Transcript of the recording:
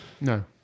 No